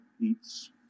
eats